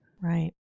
Right